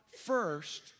first